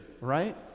right